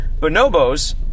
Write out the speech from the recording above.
bonobos